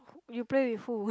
you play with who